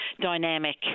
dynamic